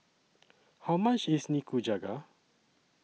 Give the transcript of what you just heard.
How much IS Nikujaga